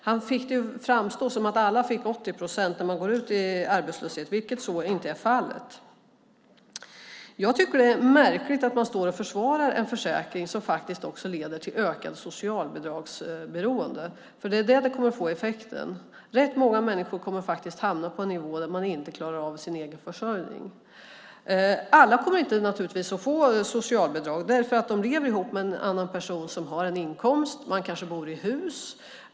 Han fick det ju att framstå som att alla får 80 procent när man går ut i arbetslöshet, men så är inte fallet. Jag tycker att det är märkligt att man står och försvarar en försäkring som faktiskt också leder till ökat socialbidragsberoende, för det är den effekten vi kommer att få. Rätt många människor kommer faktiskt att hamna på en nivå där de inte klarar av sin egen försörjning. Alla kommer naturligtvis inte att få socialbidrag därför att de lever med en annan person som har en inkomst. Man kanske bor i hus.